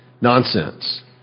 nonsense